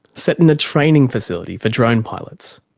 set in a training facility for drone pilots.